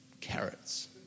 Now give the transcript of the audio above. carrots